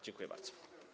Dziękuję bardzo.